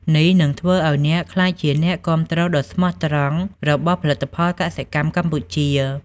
នេះនឹងធ្វើឱ្យអ្នកក្លាយជាអ្នកគាំទ្រដ៏ស្មោះត្រង់របស់ផលិតផលកសិកម្មកម្ពុជា។